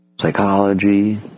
psychology